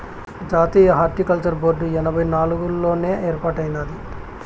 జాతీయ horticulture board ఎనభై నాలుగుల్లోనే ఏర్పాటైనాది